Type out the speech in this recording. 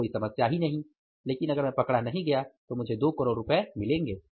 तो कोई समस्या नहीं लेकिन अगर मैं पकड़ा नहीं गया तो मुझे दो करोड़ रुपये मिलेंगे